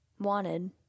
wanted